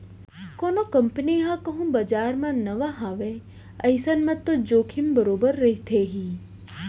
कोनो कंपनी ह कहूँ बजार म नवा हावय अइसन म तो जोखिम बरोबर रहिथे ही